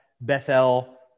Bethel